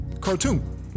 Cartoon